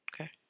Okay